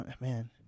man